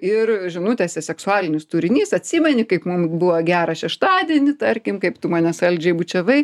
ir žinutėse seksualinis turinys atsimeni kaip mum buvo gera šeštadienį tarkim kaip tu mane saldžiai bučiavai